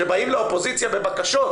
שבאים לאופוזיציה בבקשות